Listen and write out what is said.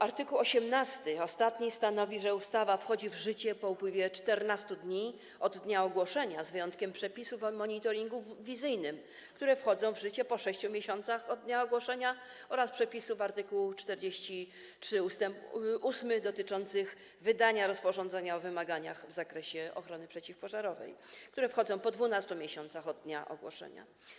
Art. 18, ostatni, stanowi, że ustawa wchodzi w życie po upływie 14 dni od dnia ogłoszenia, z wyjątkiem przepisów o monitoringu wizyjnym, które wchodzą w życie po 6 miesiącach od dnia ogłoszenia, oraz przepisów art. 43 ust. 8, dotyczących wydania rozporządzenia o wymaganiach w zakresie ochrony przeciwpożarowej, które wchodzą po 12 miesiącach od dnia ogłoszenia.